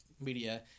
media